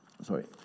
Sorry